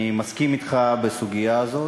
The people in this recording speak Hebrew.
אני מסכים אתך בסוגיה הזאת.